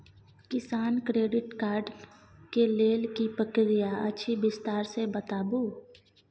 किसान credit card के लेल की प्रक्रिया अछि विस्तार से बताबू?